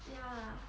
ya